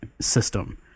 system